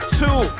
two